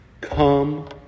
Come